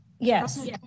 Yes